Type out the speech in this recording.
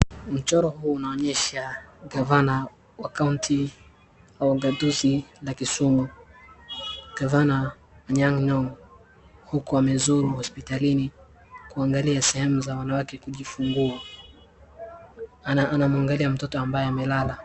Mchoro huu unaonyesha gavana wa kaunti ya ugatuzi la Kisumu, gavana Anyang Nyong'o huku amezuru hospitalini kuangalia sehemu za wanawake kujifungua. Anamwangalia mtoto ambaye amelala.